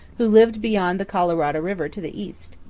who lived beyond the colorado river to the east.